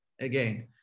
again